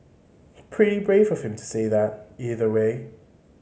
pretty brave of him to say that either way